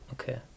okay